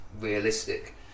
realistic